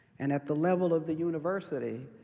and at the level of the university,